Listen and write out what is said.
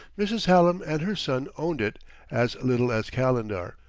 mrs. hallam and her son owned it as little as calendar.